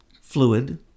fluid